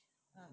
ah